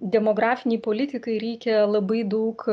demografinei politikai reikia labai daug